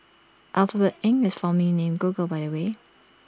Alphabet Inc is formerly named Google by the way